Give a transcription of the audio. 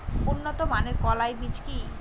উন্নত মানের কলাই বীজ কি?